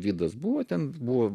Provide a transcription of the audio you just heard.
vidas buvo ten buvo